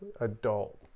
adult